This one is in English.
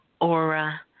aura